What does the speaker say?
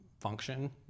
function